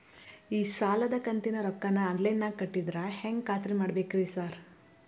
ಈ ಸಾಲದ ಕಂತಿನ ರೊಕ್ಕನಾ ಆನ್ಲೈನ್ ನಾಗ ಕಟ್ಟಿದ್ರ ಹೆಂಗ್ ಖಾತ್ರಿ ಮಾಡ್ಬೇಕ್ರಿ ಸಾರ್?